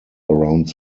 around